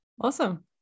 awesome